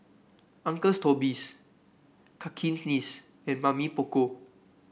Uncle's Toby's Cakenis and Mamy Poko